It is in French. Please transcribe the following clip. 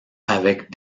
avec